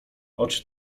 oczy